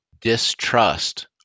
distrust